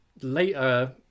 Later